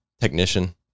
technician